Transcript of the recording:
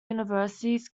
universities